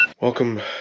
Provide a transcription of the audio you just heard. Welcome